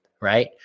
right